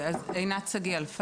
לפני שאני אצלול לנתונים ומגמות,